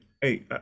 Hey